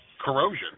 Corrosion